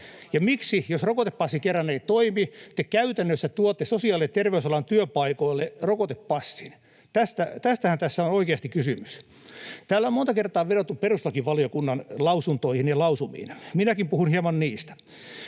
miksi, jos rokotepassi kerran ei toimi, te käytännössä tuotte sosiaali- ja ter-veysalan työpaikoille rokotepassin? Tästähän tässä on oikeasti kysymys. Täällä on monta kertaa vedottu perustuslakivaliokunnan lausuntoihin ja lausumiin. Minäkin puhun hieman niistä.